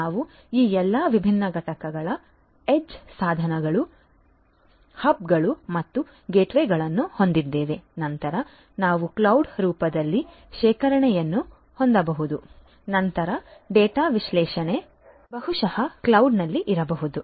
ನಾವು ಈ ಎಲ್ಲಾ ವಿಭಿನ್ನ ಘಟಕಗಳ ಎಡ್ಜ್ ಸಾಧನಗಳು ಹಬ್ಗಳು ಮತ್ತು ಗೇಟ್ವೇಗಳನ್ನು ಹೊಂದಿದ್ದೇವೆ ನಂತರ ನಾವು ಕ್ಲೌಡ್ ರೂಪದಲ್ಲಿ ಶೇಖರಣೆಯನ್ನು ಹೊಂದಿರಬಹುದು ನಂತರ ಡೇಟಾ ವಿಶ್ಲೇಷಣೆ ಬಹುಶಃ ಕ್ಲೌಡ್ ನಲ್ಲಿ ಇರಬಹುದು